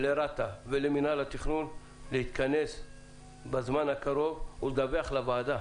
לרת"ע ולמינהל התכנון להתכנס בזמן הקרוב ולדווח לוועדה